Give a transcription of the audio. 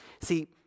See